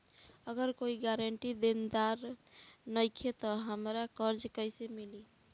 अगर कोई गारंटी देनदार नईखे त हमरा कर्जा कैसे मिली?